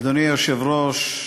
אדוני היושב-ראש,